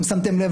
אם שמתם לב,